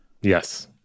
Yes